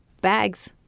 bags